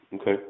okay